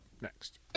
next